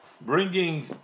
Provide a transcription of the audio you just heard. bringing